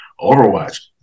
Overwatch